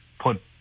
put